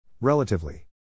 Relatively